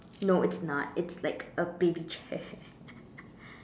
no it's not it's like a baby chair